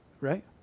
right